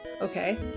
Okay